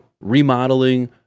remodeling